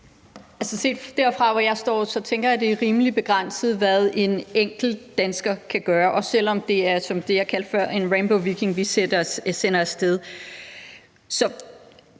derfra, hvor jeg står, tænker jeg, det er rimelig begrænset, hvad en enkelt dansker kan gøre, også selv om det er en Ramboviking, som jeg kaldte det før, vi sender af sted.